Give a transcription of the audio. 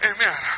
Amen